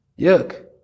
Yuck